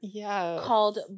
called